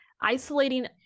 isolating